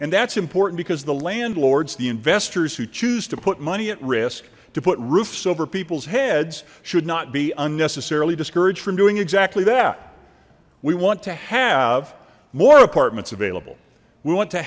and that's important because the landlord's the investors who choose to put money at risk to put roofs over people's heads should not be unnecessarily discouraged from doing exactly that we want to have more apartments available we want to